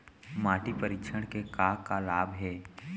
माटी परीक्षण के का का लाभ हे?